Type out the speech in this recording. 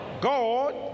God